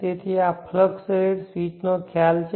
તેથી આ flux rate સ્વીચનો ખ્યાલ છે